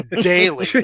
daily